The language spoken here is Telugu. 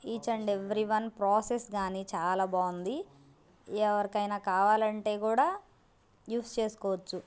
each and every one process కానీ చాలా బాగుంది ఎవరికి అయినా కావాలి అంటే కూడా యూస్ చేసుకోవచ్చు